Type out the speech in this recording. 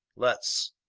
let's.